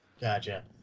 Gotcha